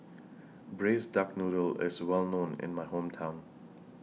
Braised Duck Noodle IS Well known in My Hometown